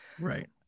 Right